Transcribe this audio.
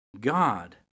God